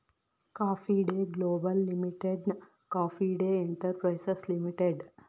coffee day global ಲಿಮಿಟೆಡ್ನ coffee day enterprises limited